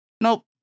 Nope